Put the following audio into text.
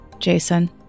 jason